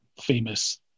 famous